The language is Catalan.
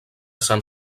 sant